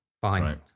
fine